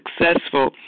successful